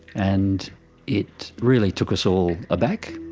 and it really took us all aback.